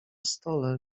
stole